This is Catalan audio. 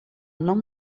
nom